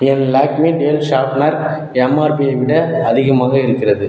என் Lakme dual sharpener MRP யை விட அதிகமாக இருக்கிறது